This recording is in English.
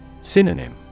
Synonym